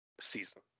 season